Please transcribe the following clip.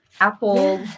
apple